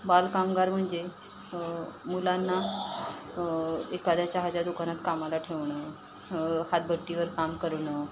बालकामगार म्हणजे मुलांना एखाद्या चहाच्या दुकानात कामाला ठेवणं हातभट्टीवर काम करणं